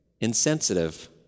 insensitive